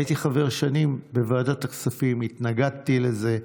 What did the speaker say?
הייתי חבר ועדת הכספים שנים, והתנגדתי לזה.